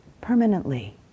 permanently